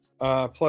plus